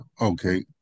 okay